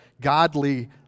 godly